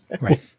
Right